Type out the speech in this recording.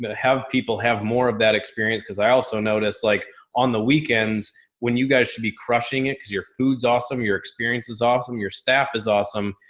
and have people have more of that experience. cause i also notice like on the weekends when you guys should be crushing it because your food's awesome, your experience is awesome, your staff is awesome.